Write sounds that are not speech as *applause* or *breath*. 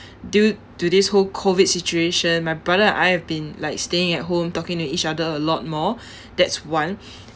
due to this whole COVID situation my brother and I have been like staying at home talking to each other a lot more *breath* that's one *breath*